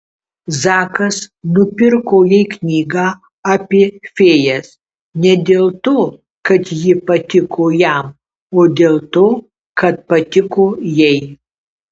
zakas nupirko jai knygą apie fėjas ne dėl to kad ji patiko jam o dėl to kad patiko jai